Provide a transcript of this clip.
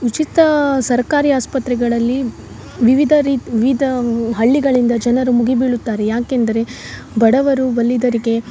ಉಚಿತ ಸರ್ಕಾರಿ ಆಸ್ಪತ್ರೆಗಳಲ್ಲಿ ವಿವಿಧ ರೀ ವಿವಿಧ ಹಳ್ಳಿಗಳಿಂದ ಜನರು ಮುಗಿಬೀಳುತ್ತಾರೆ ಯಾಕೆಂದರೆ ಬಡವರು ಬಲ್ಲಿದರಿಗೆ